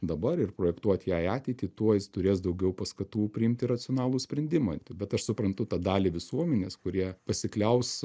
dabar ir projektuoti jai ateitį tuo jis turės daugiau paskatų priimti racionalų sprendimą bet aš suprantu tą dalį visuomenės kurie pasikliaus